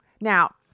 now